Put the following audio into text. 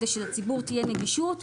כדי שלציבור תהיה נגישות.